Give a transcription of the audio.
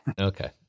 Okay